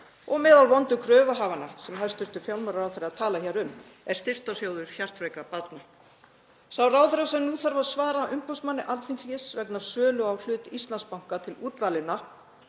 Og meðal vondu kröfuhafanna, sem hæstv. fjármálaráðherra talar hér um, er Styrktarsjóður hjartveikra barna. Sá ráðherra sem nú þarf að svara umboðsmanni Alþingis vegna sölu á hlut í Íslandsbanka til útvalinna